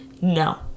no